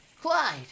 Clyde